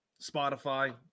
Spotify